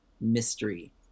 mystery